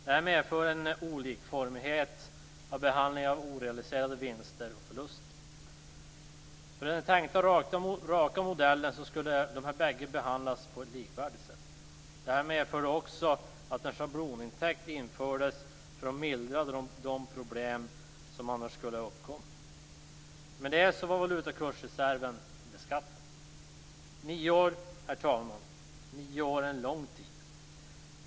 Det här medförde en olikformighet i behandlingen av orealiserade vinster och förluster. I den tänkta raka modellen skulle de här bägge sakerna behandlas på ett likvärdigt sätt. Det här medförde också att en schablonintäkt infördes för att mildra de problem som annars skulle ha uppkommit. Med det var valutakursreserven beskattad. Nio är en lång tid, herr talman.